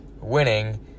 winning